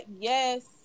yes